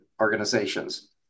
organizations